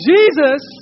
Jesus